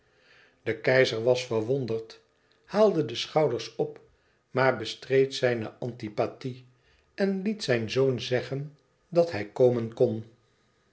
de keizer was verwonderd haalde de schouders op maar bestreed zijne antipathie en liet zijn zoon zeggen dat hij komen kon